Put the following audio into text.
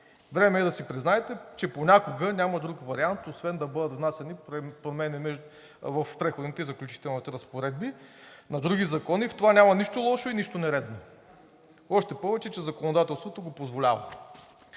Време е да си признаете, че понякога няма друг вариант, освен да бъдат внасяни промени в Преходните и заключителните разпоредби на други закони. В това няма нищо лошо и нищо нередно, още повече че законодателството го позволява.